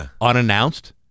unannounced